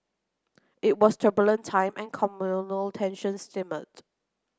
it was turbulent time and communal tensions simmered